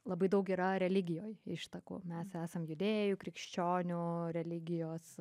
labai daug yra religijoje ištakų mes esam judėjų krikščionių religijos